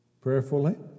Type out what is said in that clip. prayerfully